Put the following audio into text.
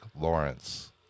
Lawrence